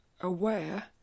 aware